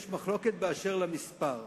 ויש מחלוקת על המספר,